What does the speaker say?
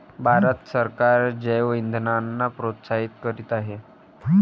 भारत सरकार जैवइंधनांना प्रोत्साहित करीत आहे